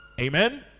Amen